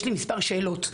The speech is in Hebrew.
יש לי מספר שאלות,